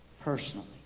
personally